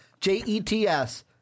J-E-T-S